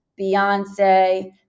Beyonce